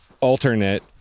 Alternate